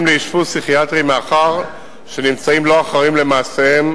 לאשפוז פסיכיאטרי מאחר שנמצאו לא אחראים למעשיהם